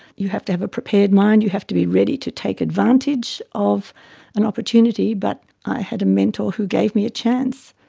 you have to have a prepared mind, you have to be ready to take advantage of an opportunity, but i had a mentor who gave me a chance.